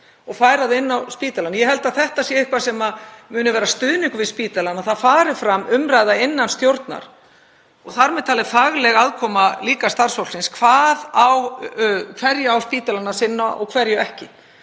og færa hana inn á spítalann? Ég held að þetta sé eitthvað sem muni vera stuðningur við spítalann, að það fari fram umræða innan stjórnar, og þar með fagleg aðkoma starfsfólksins, um það hverju spítalinn á að sinna og hverju ekki